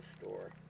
store